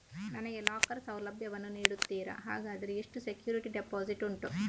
ನನಗೆ ಲಾಕರ್ ಸೌಲಭ್ಯ ವನ್ನು ನೀಡುತ್ತೀರಾ, ಹಾಗಾದರೆ ಎಷ್ಟು ಸೆಕ್ಯೂರಿಟಿ ಡೆಪೋಸಿಟ್ ಉಂಟು?